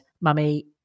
mummy